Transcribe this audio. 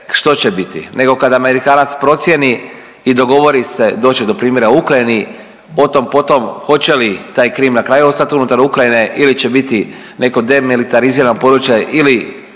što će biti, nego kad Amerikanac procijeni i dogovori se, doći će do primirja u Ukrajini, o tom potom hoće li taj Krim na kraju ostati unutar Ukrajine ili će biti neko demilitarizirano područje ili